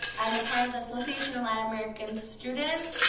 i'm a part of the association of latin american students.